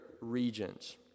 regions